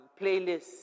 playlists